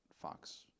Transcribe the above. fox